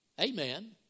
Amen